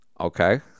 okay